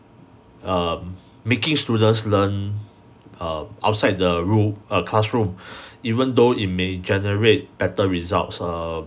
um making students learn err outside the room uh classroom even though it may generate better results err